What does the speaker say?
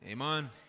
amen